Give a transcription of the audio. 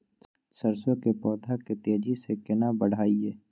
सरसो के पौधा के तेजी से केना बढईये?